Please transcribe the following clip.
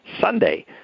Sunday